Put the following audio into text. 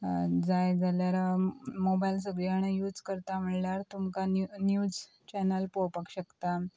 जाय जाल्यार मोबायल सगळीं जाणां यूज करता म्हळ्ळ्यार तुमकां न्यू न्यूज चॅनल पळोवपाक शकता